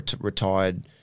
retired